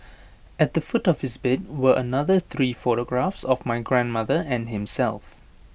at the foot of his bed were another three photographs of my grandmother and himself